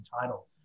title